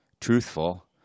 truthful